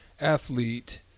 athlete